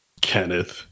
Kenneth